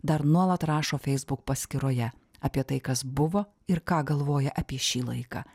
dar nuolat rašo facebook paskyroje apie tai kas buvo ir ką galvoja apie šį laiką